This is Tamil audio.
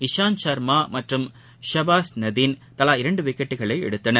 இஷாந்த் ஷர்மாமற்றும் ஷபாஸ் நதீன் தலா இரண்டுவிக்கெட்டுகளைஎடுத்தனர்